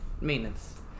maintenance